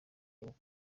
ukundi